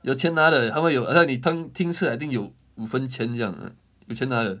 有钱拿的他们有很像你 teng 听一次 I think 有五分钱这样 ah 有钱拿的